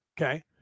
Okay